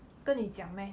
跟你讲 meh